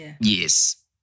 yes